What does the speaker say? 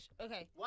okay